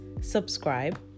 subscribe